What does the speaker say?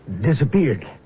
disappeared